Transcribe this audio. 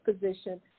position